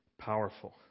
powerful